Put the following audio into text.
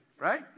Right